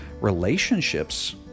relationships